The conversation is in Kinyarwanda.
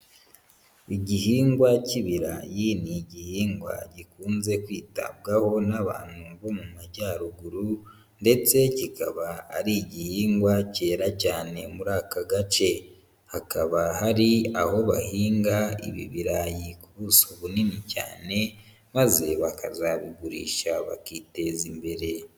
Igihingwa cy'ibirayi ni igihingwa gikunze kwitabwaho n'abantu bo mu majyaruguru ndetse kikaba ari igihingwa cyera cyane muri aka gace, hakaba hari aho bahinga ibi birayi buso bunini cyane maze bakazabigurisha bakiteza imbere.